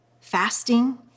fasting